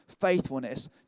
faithfulness